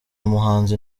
muhanzi